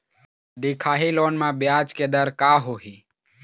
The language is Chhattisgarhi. दिखाही लोन म ब्याज के दर का होही?